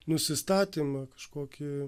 nusistatymą kažkokį